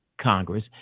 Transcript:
Congress